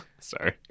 sorry